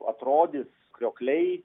atrodys kriokliai